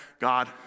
God